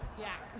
yeah.